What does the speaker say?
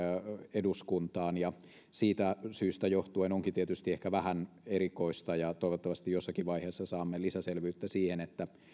eduskuntaan ja siitä syystä johtuen onkin tietysti ehkä vähän erikoista ja toivottavasti jossakin vaiheessa saamme lisäselvyyttä siihen